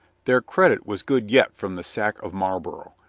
their credit was good yet from the sack of marlborough,